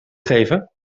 geven